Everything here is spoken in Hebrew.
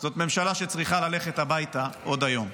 זאת ממשלה שצריכה ללכת הביתה עוד היום.